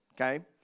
okay